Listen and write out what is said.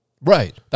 Right